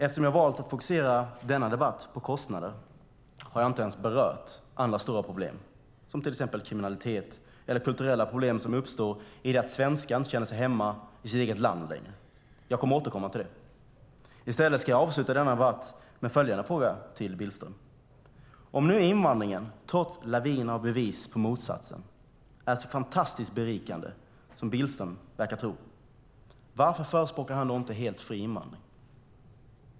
Eftersom jag valt att fokusera denna debatt på kostnader har jag inte ens berört andra stora problem som till exempel kriminalitet eller kulturella problem som uppstår i och med att svenskar inte känner sig hemma i sitt eget land längre. Jag kommer att återkomma till det. I stället ska jag avsluta denna debatt med följande fråga till Billström. Om nu invandringen trots laviner av bevis på motsatsen är så fantastiskt berikande som Billström verkar tro, varför förespråkar han då inte helt fri invandring?